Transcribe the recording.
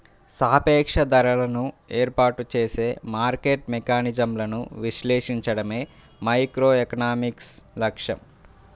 సాపేక్ష ధరలను ఏర్పాటు చేసే మార్కెట్ మెకానిజమ్లను విశ్లేషించడమే మైక్రోఎకనామిక్స్ లక్ష్యం